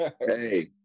Hey